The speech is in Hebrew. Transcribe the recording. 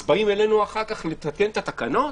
אז באים אלינו אחר כך לתקן את התקנות?